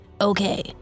Okay